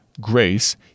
grace